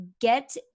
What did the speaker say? get